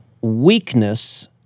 Weakness